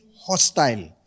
hostile